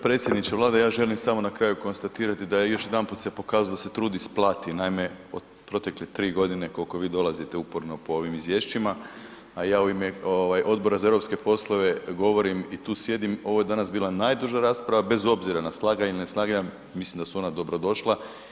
Predsjedniče Vlade, ja želim samo na kraju konstatirati da je još jedanput se pokazalo da se trud isplati, naime od protekle 3 g. koliko vi dolazite uporno po ovim izvješćima a i ja u ime Odbora za europske poslove govorim i tu sjedim, ovo je danas bila najduža rasprava bez obzira na slaganje i neslaganje, mislim da su ona dobrodošla.